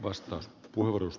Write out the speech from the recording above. arvoisa puhemies